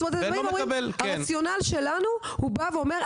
אתם אומרים הרציונל שלנו הוא בא ואומר,